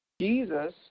Jesus